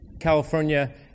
California